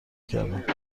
کردند